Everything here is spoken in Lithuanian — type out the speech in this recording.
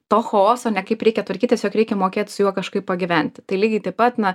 to chaoso ne kaip reikia tvarkytis jog reikia mokėt su juo kažkaip pagyventi tai lygiai taip pat na